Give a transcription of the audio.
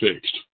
fixed